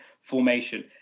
formation